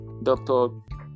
doctor